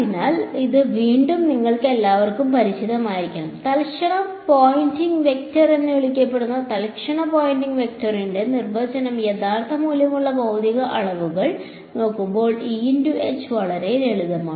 അതിനാൽ ഇത് വീണ്ടും നിങ്ങൾക്കെല്ലാവർക്കും പരിചിതമായിരിക്കണം തൽക്ഷണ പോയിന്റിംഗ് വെക്റ്റർ എന്ന് വിളിക്കപ്പെടുന്ന തൽക്ഷണ പോയിന്റിംഗ് വെക്റ്ററിന്റെ നിർവചനം യഥാർത്ഥ മൂല്യമുള്ള ഭൌതിക അളവുകൾ നോക്കുമ്പോൾ വളരെ ലളിതമാണ്